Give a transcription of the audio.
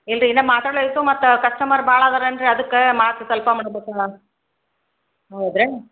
ಇಲ್ರಿ ಇನ್ನೂ ಮಾತಾಡಲಿತ್ತು ಮತ್ತೆ ಕಸ್ಟಮರ್ ಭಾಳ ಇದಾರೇನು ರಿ ಅಂತ ಅದಕ್ಕೆ ಮಾತು ಸ್ವಲ್ಪ ಮಾಡಬೇಕಲ್ಲ ಹೌದ್ರಿ